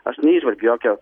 aš neįžvelgiu jokio